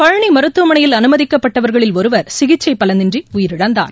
பழனி மருத்துவமனையில் அனுமதிக்கப்பட்டவர்களில் ஒருவர் சிகிச்சை பலனின்றி உயிரிழந்தார்